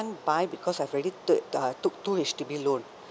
buy because I've already third uh took two H_D_B loan